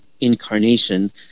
incarnation